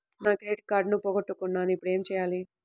నేను నా క్రెడిట్ కార్డును పోగొట్టుకున్నాను ఇపుడు ఏం చేయాలి?